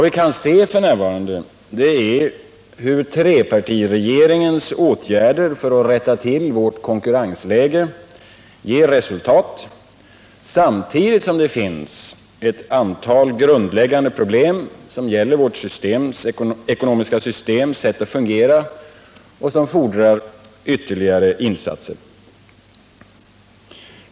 Vi kan f. n. se att trepartiregeringens åtgärder för att rätta till vårt konkurrensläge ger resultat samtidigt som dock olika grundläggande problem som gäller vårt ekonomiska systems sätt att fungera fordrar ytterligare insatser.